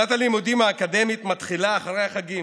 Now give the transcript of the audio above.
שנת הלימודים האקדמית מתחילה אחרי החגים.